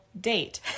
date